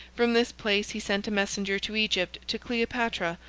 from this place he sent a messenger to egypt to cleopatra,